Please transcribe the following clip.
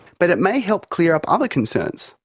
but it may help clear up other concerns.